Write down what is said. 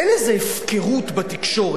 אין איזה הפקרות בתקשורת.